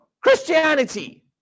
Christianity